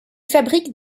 fabrique